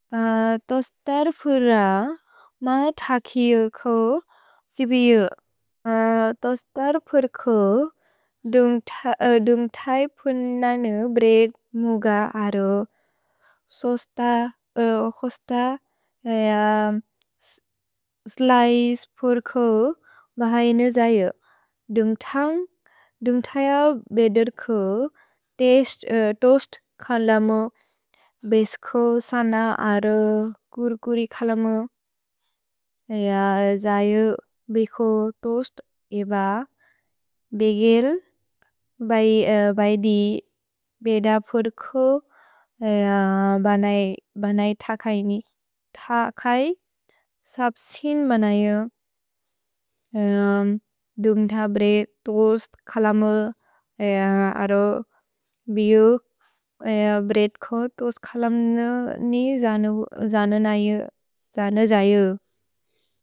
तोस्तर् पुर मा थकियो को सिपियो। तोस्तर् पुर को दुन्ग् थै पुन् नने ब्रेत् मुग अरो। सोस्त, उह्, खोस्त, उह्, स्लिचे पुर को बहय् न जयो। दुन्ग् थन्ग्, दुन्ग् थय बेदर् को तोअस्त् खलम। भेस्को सन अरो कुर्कुरि खलम। जयो बेको तोअस्त् एब। भेगेल्, बहय् दि बेदर् पुर को बनय् थकय् नि। थकय्, सप् सिन् बनयो। दुन्ग् थै ब्रेत् तोअस्त् खलम। अरो बेगेल् ब्रेत् को तोअस्त् खलम नि जन जयो।